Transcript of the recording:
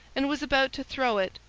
and was about to throw it,